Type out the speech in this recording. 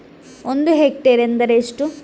ಒಂದು ಹೆಕ್ಟೇರ್ ಎಂದರೆ ಎಷ್ಟು?